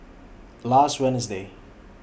last Wednesday